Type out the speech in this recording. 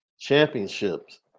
championships